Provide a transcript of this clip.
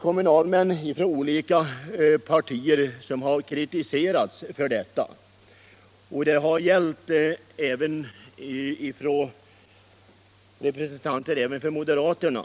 Kommunalmän från olika partier har kritiserats för detta. Det har gällt representanter även för moderaterna.